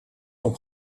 sont